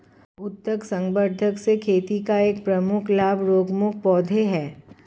उत्तक संवर्धन से खेती का एक प्रमुख लाभ रोगमुक्त पौधे हैं